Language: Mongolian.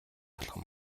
алхам